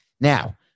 Now